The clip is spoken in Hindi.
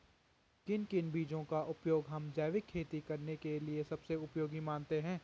किन किन बीजों का उपयोग हम जैविक खेती करने के लिए सबसे उपयोगी मानते हैं?